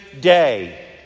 day